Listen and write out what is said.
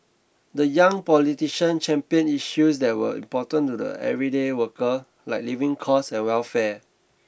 the young politician championed issues that were important to the everyday worker like living costs and welfare